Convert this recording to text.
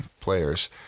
players